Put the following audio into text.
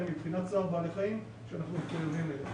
מבחינת צער בעלי חיים שאנחנו מחויבים אליו.